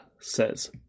says